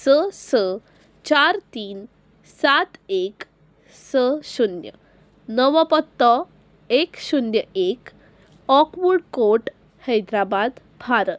स स चार तीन सात एक स शुन्य नवो पत्तो एक शुन्य एक ऑकवड कोर्ट हैद्राबाद भारत